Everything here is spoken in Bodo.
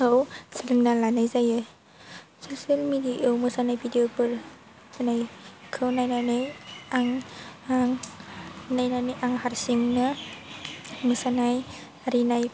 खौ सोलोंना लानाय जायो ससियेल मेडियायाव मोसानाय भिडिअफोर होनायखौ नायनानै आं आं नायनानै आं हारसिंनो मोसानाय आरिनाय